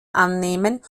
annehmen